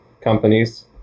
companies